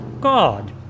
God